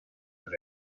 punt